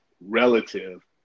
relative